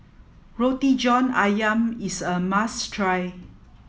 Roti John Ayam is a must try